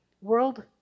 world